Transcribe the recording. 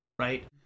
right